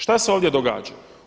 Šta se ovdje događa?